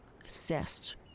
obsessed